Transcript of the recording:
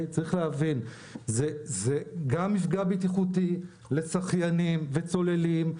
צריך להבין, זה גם מפגע בטיחותי לשחיינים וצוללים.